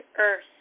earth